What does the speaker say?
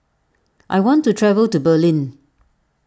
I want to travel to Berlin